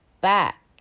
back